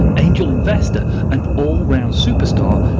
angel investor and all-around superstar,